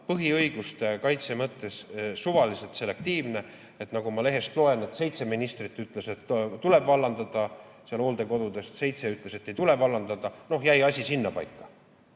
põhiõiguste kaitse mõttes suvaliselt selektiivne. Nagu ma lehest loen, siis seitse ministrit ütles, et tuleb vallandada seal hooldekodudes, seitse ütles, et ei tule vallandada. Jäi asi sinnapaika.